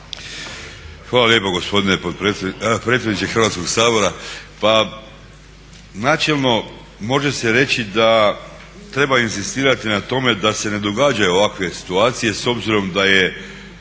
Hvala lijepa gospodine predsjedniče Hrvatskog sabora. Pa načelno može se reći da treba inzistirati na tome da se ne događaju ovakve situacije s obzirom da je